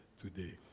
today